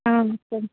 ஆ சரிங்க